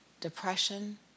depression